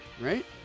right